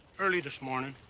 early this morning.